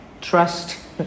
trust